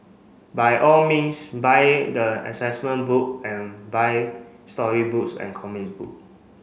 by all means buy the assessment book and buy storybooks and comics book